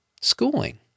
schooling